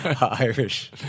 Irish